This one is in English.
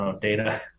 data